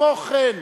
כמו כן,